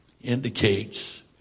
indicates